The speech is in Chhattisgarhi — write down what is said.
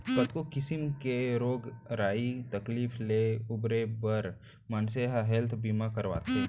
कतको किसिम के रोग राई तकलीफ ले उबरे बर मनसे ह हेल्थ बीमा करवाथे